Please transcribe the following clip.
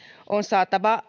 on saatava